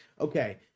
okay